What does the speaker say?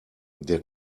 der